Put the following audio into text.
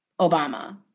Obama